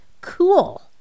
Cool